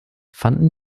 fanden